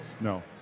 No